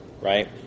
right